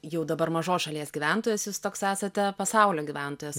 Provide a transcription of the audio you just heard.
jau dabar mažos šalies gyventojas jūs toks esate pasaulio gyventojas